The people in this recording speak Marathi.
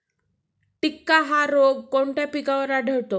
टिक्का हा रोग कोणत्या पिकावर आढळतो?